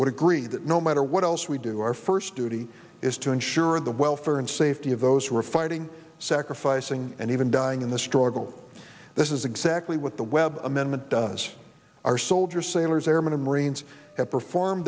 would agree that no matter what else we do our first duty is to ensure the welfare and safety of those who are fighting sacrificing and even dying in the struggle this is exactly what the webb amendment does our soldiers sailors